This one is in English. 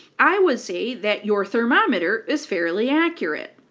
i would say that your thermometer is fairly accurate.